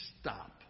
stop